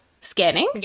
scanning